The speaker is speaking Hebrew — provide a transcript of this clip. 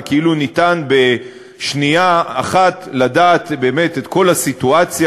וכאילו ניתן בשנייה אחת לדעת באמת את כל הסיטואציה,